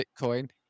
Bitcoin